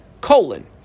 Colon